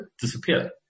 disappear